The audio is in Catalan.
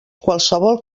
qualsevol